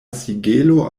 sigelo